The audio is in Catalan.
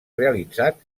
realitzat